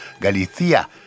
Galicia